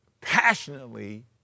passionately